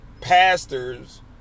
pastors